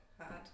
hard